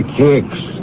kicks